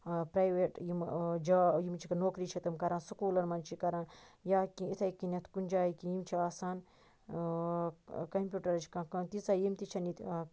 private یِم job یِم چھِکھ نوکری چھ تِم کَران سکوٗلَن مَنٛز چھِ کَران یا کہ یِتھے کنیٚتھ کُنہِ جایہِ کینٛہہ یہِ چھ آسان کمپیوٹرچ کانٛہہ کٲم تیٖژاہ یِم تہِ چھَ نہٕ ییٚتہِ